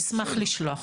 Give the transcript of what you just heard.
נשלח לשלוח אותו.